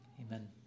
Amen